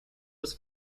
was